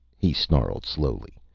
he snarled slowly,